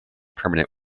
permanent